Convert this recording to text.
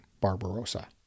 Barbarossa